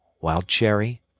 wild-cherry